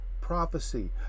prophecy